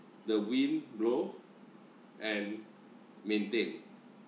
the wind blow and maintain